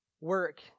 Work